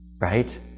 right